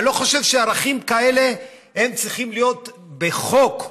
אני לא חושב שערכים כאלה צריכים להיות בחוק.